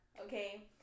okay